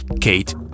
Kate